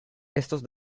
estos